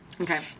Okay